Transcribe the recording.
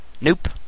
Nope